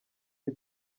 cyo